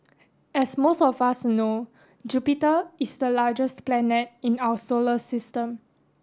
as most of us know Jupiter is the largest planet in our solar system